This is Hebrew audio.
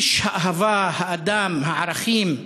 איש האהבה, האדם, הערכים,